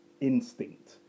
instinct